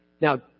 Now